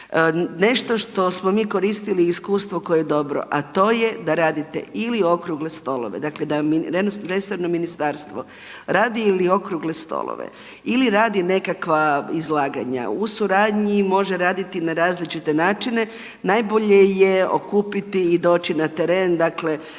nešto što smo mi koristili i iskustvo i koje je dobro a to je da radite ili okrugle stolove, dakle da resorno ministarstvo radi ili okrugle stolove, ili radi nekakva izlaganja u suradnji može raditi na različite načine. Najbolje je okupiti i doći na teren, dakle